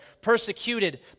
Persecuted